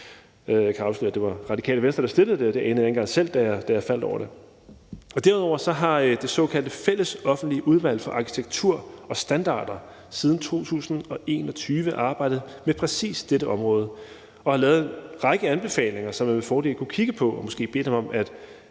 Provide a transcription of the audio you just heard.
Jeg kan afsløre, at det var Radikale Venstre, der fremsatte det. Det anede jeg ikke engang selv, da jeg faldt over det. For det andet har det såkaldte fællesoffentlige Udvalg for arkitektur og standarder siden 2021 arbejdet med præcis dette område og har lavet en række anbefalinger, som man med fordel kunne kigge på og måske bede dem om at